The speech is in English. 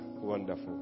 Wonderful